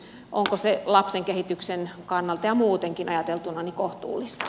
onko se lapsen kehityksen kannalta ja muutenkin ajateltuna kohtuullista